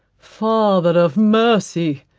father of mercy,